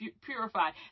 purified